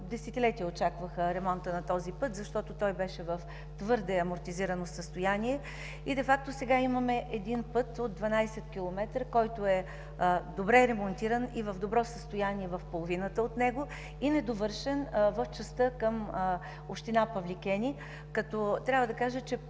десетилетия очакваха ремонта на пътя, защото беше в твърде амортизирано състояние. Сега има път от 12 км, който е добре ремонтиран и в добро състояние в половината от него и недовършен в частта към община Павликени. Трябва да кажа, че